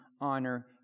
honor